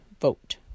Vote